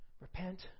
repent